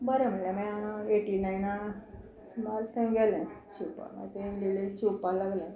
बरें म्हणलें मागीर हांव एटी नायणा थंय गेलें शिंवपाक मागीर थंय इल्लें इल्लें शिंवपाक लागलें